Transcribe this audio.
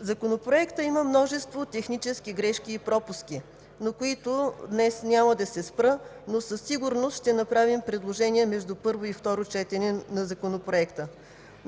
Законопроекта има множество технически грешки и пропуски, на които днес няма да се спра, но със сигурност ще направим предложение между първо и второ четене на законопроекта.